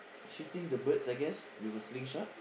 shooting the birds I guess with a sling shot